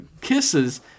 Kisses